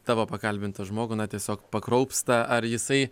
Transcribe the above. tavo pakalbintą žmogų na tiesiog pakraupsta ar jisai